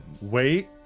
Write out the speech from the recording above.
Wait